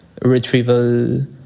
retrieval